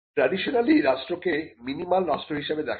traditionally রাষ্ট্রকে minimal রাষ্ট্র হিসাবে দেখা হয়